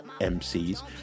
MCs